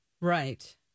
right